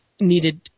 needed